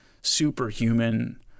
superhuman